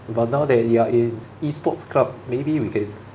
but now that you are in E sports club maybe we can